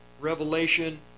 revelation